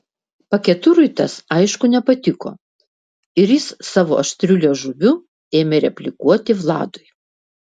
paketurui tas aišku nepatiko ir jis savo aštriu liežuviu ėmė replikuoti vladui